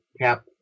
cap